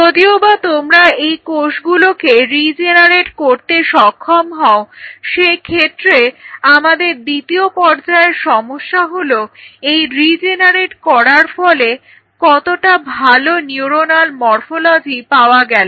যদিওবা তোমরা এই কোষগুলোকে রিজেনারেট করতে সক্ষম হও সেক্ষেত্রে আমাদের দ্বিতীয় পর্যায়ের সমস্যা হলো এই রিজেনারেট করার ফলে কতটা ভালো নিউরণাল মর্ফোলজি পাওয়া গেল